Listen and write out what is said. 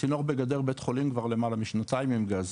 הצינור בגדר בית החולים כבר למעלה משנתיים עם גז,